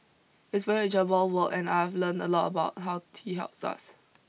it's very enjoyable work and I've learnt a lot about how tea helps us